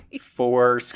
four